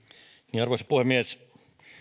arvoisa puhemies